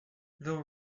the